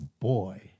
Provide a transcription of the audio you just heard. boy